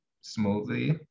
smoothly